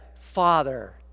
father